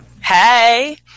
Hey